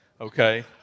okay